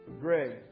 Greg